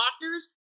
doctors